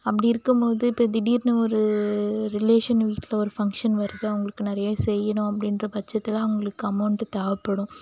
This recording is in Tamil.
அப்படி இருக்கும்போது இப்போ திடீர்னு ஒரு ரிலேஷன் வீட்டில் ஒரு ஃபங்ஷன் வருது அவர்களுக்கு நிறைய செய்யணும் அப்படின்ற பட்சத்தில் அவங்களுக்கு அமௌன்ட் தேவைப்படும்